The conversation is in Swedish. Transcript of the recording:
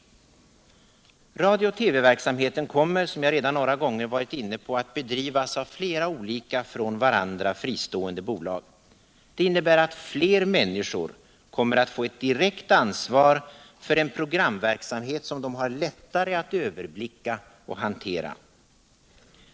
Radiooch TV-verksamheten kommer, som jag redan några gånger varit inne på, att bedrivas av flera olika, från varandra fristående bolag. Det innebär att fler människor kommer att få ett direkt ansvar för en programverksamhet som de har lättare att överblicka och hantera.